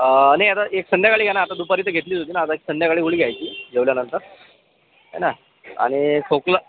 नाही आता एक संध्याकाळी घ्या ना आता दुपारी तर घेतलीच होती ना तर आता एक संध्याकाळी गोळी घ्यायची जेवल्यानंतर है ना आणि खोकला